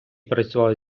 працював